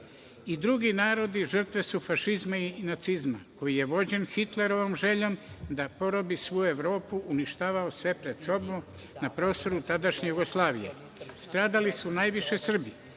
i drugi narodi su žrtve fašizma i nacizma koji je vođen Hitlerovom željom da probi svu Evropu, uništavao sve pred sobom, na prostoru tadašnje Jugoslavije. Stradali su najviše Srbi,